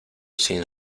sin